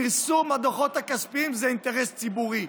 פרסום הדוחות הכספיים הוא אינטרס ציבורי.